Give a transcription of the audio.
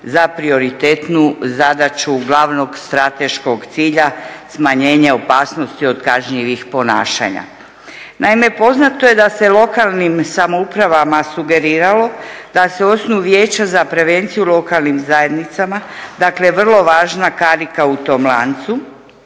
za prioritetnu zadaću glavnog strateškog cilja, smanjenje opasnosti od kažnjivih ponašanja. Naime, poznato je da se lokalnim samoupravama sugeriralo da se osnuju vijeća za prevenciju lokalnim zajednicama dakle vrlo važna karika u tom lancu